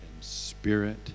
spirit